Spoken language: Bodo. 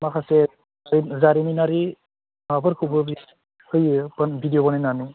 माखासे जारिमिनारि माबाफोरखौबो होयो भिडिअ बनायनानै